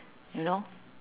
you know